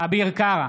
אביר קארה,